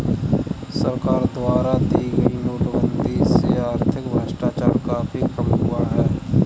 सरकार द्वारा की गई नोटबंदी से आर्थिक भ्रष्टाचार काफी कम हुआ है